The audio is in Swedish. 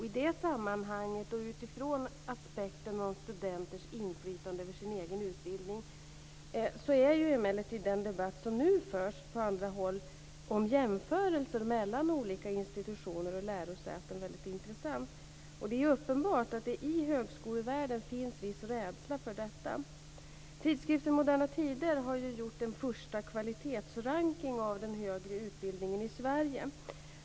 I detta sammanhang och utifrån aspekten om studenters inflytande över sin egen utbildning är emellertid den debatt som nu förs på andra håll om jämförelser mellan olika institutioner och lärosäten väldigt intressant. Det är uppenbart att det i högskolevärlden finns viss rädsla för detta. Tidskriften Moderna Tider har ju gjort en första kvalitetsrankning av den högre utbildningen i Sverige.